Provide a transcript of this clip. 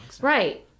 Right